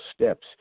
steps